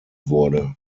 wurde